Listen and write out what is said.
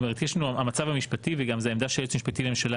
יש את המצב המשפטי וזאת גם עמדת היועץ המשפטי לממשלה